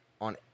on